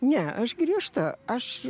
ne aš griežta aš